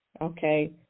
Okay